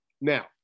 Now